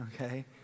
okay